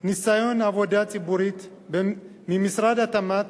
ניסיון בעבודה ציבורית במשרד התמ"ת,